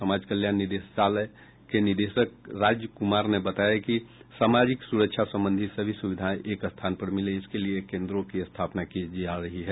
समाज कल्याण निदेशालय के निदेशक राज कुमार ने बताया कि सामाजिक सुरक्षा संबंधी सभी सुविधाएं एक स्थान पर मिले इसके लिए केन्द्रों की स्थापना की जा रही है